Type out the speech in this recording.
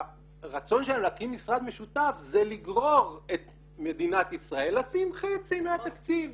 הרצון שלהם להקים משרד משותף זה לגרור את מדינת ישראל לשים חצי מהתקציב.